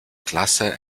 klasse